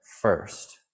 first